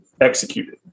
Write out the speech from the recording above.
executed